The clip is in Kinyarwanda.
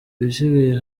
ibisigaye